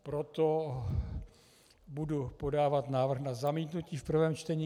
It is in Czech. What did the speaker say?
Proto budu podávat návrh na zamítnutí v prvém čtení.